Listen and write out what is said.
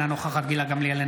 אינה נוכחת גילה גמליאל,